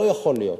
לא יכול להיות,